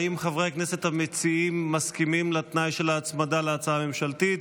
האם חברי הכנסת המציעים מסכימים לתנאי של ההצמדה להצעה הממשלתית?